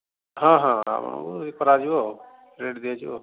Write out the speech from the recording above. ହଁ ହଁ ଆପଣଙ୍କୁ ଇଏ କରାଯିବ ଆଉ ଦିଆଯିବ